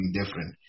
different